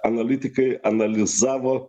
analitikai analizavo